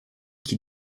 qui